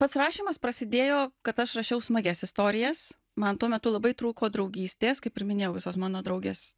pats rašymas prasidėjo kad aš rašiau smagias istorijas man tuo metu labai trūko draugystės kaip ir minėjau visos mano draugės